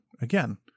Again